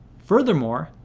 furthermore,